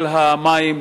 של המים.